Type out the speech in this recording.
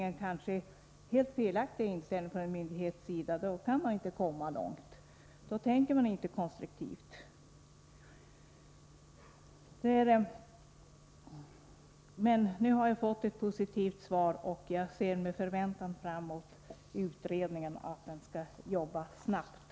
Med den helt felaktiga inställningen från en myndighets sida kan man inte komma långt, då tänker man inte konstruktivt. Nu har jag fått ett positivt svar, och jag ser med förväntan fram mot utredningen — och att den skall jobba snabbt.